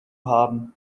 haben